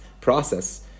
process